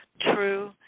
true